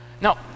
Now